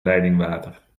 leidingwater